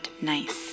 nice